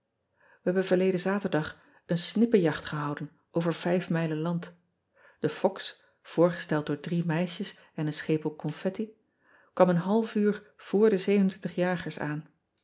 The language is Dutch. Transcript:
ij hebben verleden aterdag een snippenjacht gehouden over vijf mijlen land e foks voorgesteld door drie meisjes en een schepel confetti kwam een half uur voor de jagers aan